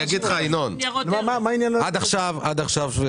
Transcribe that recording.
אני אתן דוגמה אנחנו כבר עשינו את